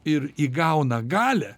ir įgauna galią